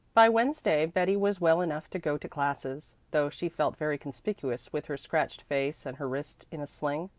by wednesday betty was well enough to go to classes, though she felt very conspicuous with her scratched face and her wrist in a sling.